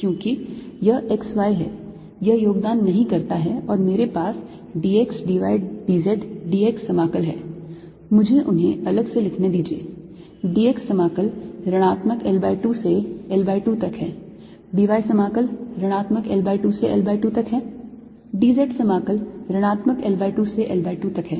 क्योंकि यह x y है यह योगदान नहीं करता है और मेरे पास d x d y d z d x समाकल है मुझे उन्हें अलग से लिखने दीजिए d x समाकल ऋणात्मक L by 2 से L by 2 तक है d y समाकल ऋणात्मक L by 2 से L by 2 तक है d z समाकल ऋणात्मक L by 2 से L by 2 तक है